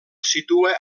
situa